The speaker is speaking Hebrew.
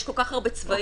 יש כל כך הרבה צבעים,